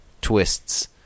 twists